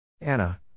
Anna